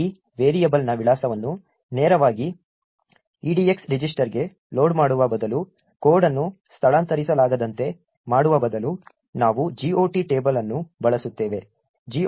ಹೀಗಾಗಿ ವೇರಿಯಬಲ್ನ ವಿಳಾಸವನ್ನು ನೇರವಾಗಿ EDX ರಿಜಿಸ್ಟರ್ಗೆ ಲೋಡ್ ಮಾಡುವ ಬದಲು ಕೋಡ್ ಅನ್ನು ಸ್ಥಳಾಂತರಿಸಲಾಗದಂತೆ ಮಾಡುವ ಬದಲು ನಾವು GOT ಟೇಬಲ್ ಅನ್ನು ಬಳಸುತ್ತೇವೆ